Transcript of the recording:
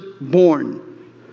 born